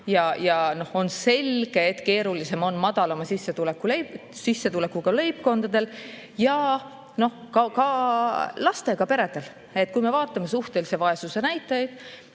On selge, et keerulisem on madalama sissetulekuga leibkondadel ja ka lastega peredel. Kui me vaatame suhtelise vaesuse näitajaid,